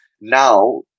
Now